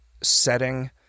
setting